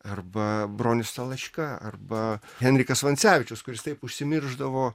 arba bronius talačka arba henrikas vancevičius kuris taip užsimiršdavo